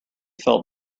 felt